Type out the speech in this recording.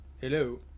Hello